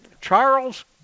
Charles